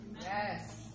Yes